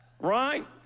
Right